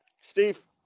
Steve